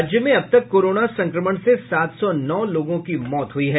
राज्य में अबतक कोरोना संक्रमण से सात सौ नौ लोगों की मौत हो चुकी है